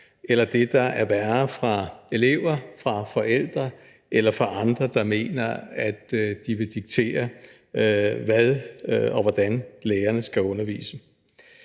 eller det, der er værre, fra elever, fra forældre eller fra andre, der mener, at de vil diktere, hvordan lærerne skal undervise